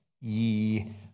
ye